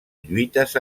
lluites